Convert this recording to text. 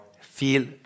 feel